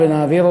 ראשונה.